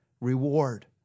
reward